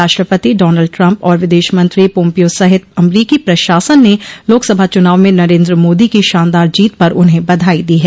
राष्ट्रपति Donald Trump और विदेश मंत्री पोम्पियो सहित अमरीकी प्रशासन ने लोकसभा चुनाव में नरेन्द्र मोदी की शानदार जीत पर उन्हें बधाई दी है